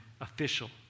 official